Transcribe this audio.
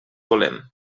volem